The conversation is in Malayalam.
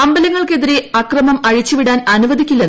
അമ്പലങ്ങൾക്കെതിരെ അക്രമം അഴിച്ചു വിടാൻ അനുവദിക്കില്ല